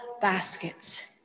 baskets